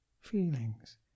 feelings